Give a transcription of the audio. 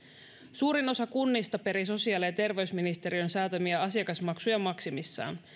suurin osa kunnista perii sosiaali ja terveysministeriön säätämiä asiakasmaksuja maksimissaan